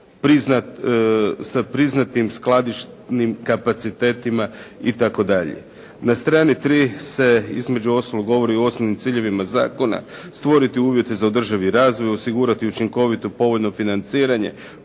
s priznatim skladišnim kapacitetima" itd. Na strani 3 se između ostalog govori o osnovnim ciljevima zakona, stvoriti uvjete za održivi razvoj, osigurati učinkovito povoljno financiranje,